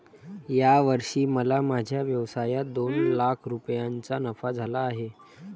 या वर्षी मला माझ्या व्यवसायात दोन लाख रुपयांचा नफा झाला आहे